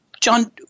John